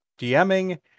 DMing